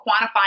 quantifying